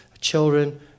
children